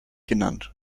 genannt